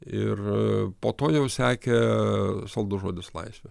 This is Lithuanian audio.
ir po to jau sekė saldus žodis laisvė